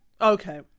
Okay